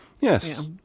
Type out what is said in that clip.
Yes